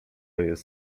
jest